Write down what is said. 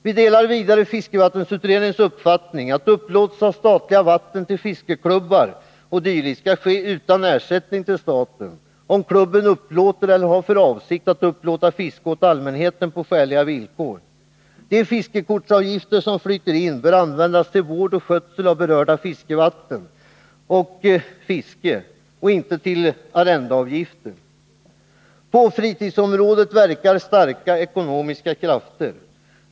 Vi delar vidare fiskevattensutredningens uppfattning att upplåtelse av statliga vatten till fiskeklubbar o. d. skall ske utan ersättning till staten, om klubben upplåter eller har för avsikt att upplåta fiske åt allmänheten på skäliga villkor. De fiskekortsavgifter som flyter in bör användas till vård och skötsel av berörda fiskevatten och fiske och inte till arrendeavgifter. På fritidsområdet verkar starka ekonomiska krafter.